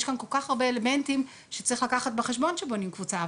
יש כאן כל כך הרבה לאמנטים שצריך לקחת בחשבון כשבונים קבוצה.